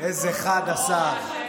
איזה חד השר.